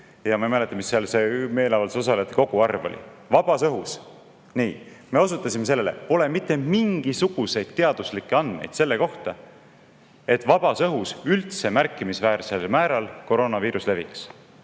ja ma ei mäleta, mis seal see meeleavalduses osalejate koguarv oli. Vabas õhus! Nii. Me osutasime sellele, et pole mitte mingisuguseid teaduslikke andmeid selle kohta, et vabas õhus üldse märkimisväärsel määral koroonaviirus leviks.